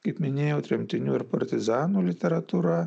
kaip minėjau tremtinių ir partizanų literatūra